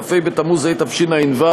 כ"ה בתמוז התשע"ו,